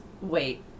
wait